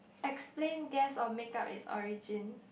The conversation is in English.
explain guess or make up it's origin